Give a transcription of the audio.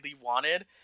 wanted